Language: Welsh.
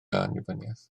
annibyniaeth